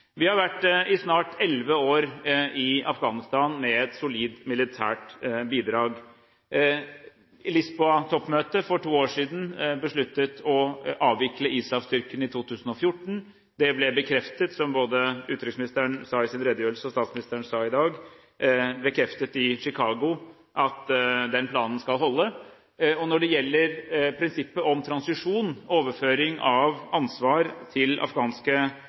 Vi har i snart elleve år vært i Afghanistan med et solid militært bidrag. Lisboa-toppmøtet for to år siden besluttet å avvikle ISAF-styrken innen 2014. Det ble, som både utenriksministeren sa i sin redegjørelse, og statsministeren sa i dag, bekreftet i Chicago at den planen skal holde. Når det gjelder prinsippet om transisjon, overføring av ansvar til afghanske